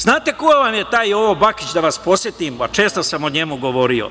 Znate ko vam je taj Jovo Bakić, da vas podsetim, a često sam o njemu govorio?